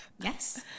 Yes